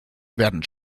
werden